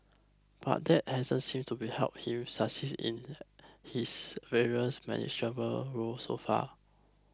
but that hasn't seemed to be help him succeed at his various managerial roles so far